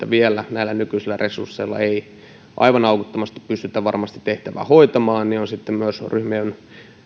vielä näillä nykyisillä resursseilla ei aivan aukottomasti tehtävää varmasti pystytä hoitamaan niin on sitten myös ryhmien